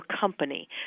company